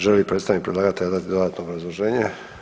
Želi li predstavnik predlagatelja dati dodatno obrazloženje?